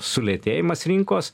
sulėtėjimas rinkos